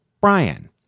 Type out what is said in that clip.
Brian